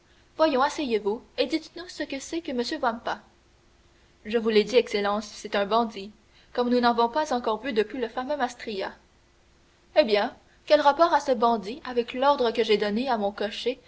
voyons asseyez-vous et dites-nous ce que c'est que m vampa je vous l'ai dit excellence c'est un bandit comme nous n'en avons pas encore vu depuis le fameux mastrilla eh bien quel rapport a ce bandit avec l'ordre que j'ai donné à mon cocher